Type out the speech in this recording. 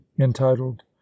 entitled